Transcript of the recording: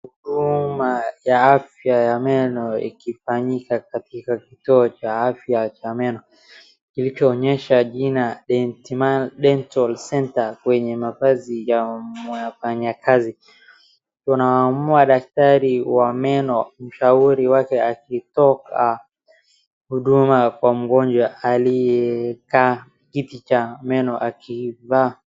Huduma ya afya ya meno ikifanyika katika kituo cha afya cha meno kilichonyesha jina Dental Centre kwenye mavazi ya mfanyikazi. Tunamwona daktari wa meno mshauri wake akitoa huduma kwa mgonjwa aliyekaa kiti cha meno akivaa...